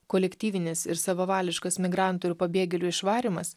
kolektyvinis ir savavališkas migrantų ir pabėgėlių išvarymas